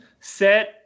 set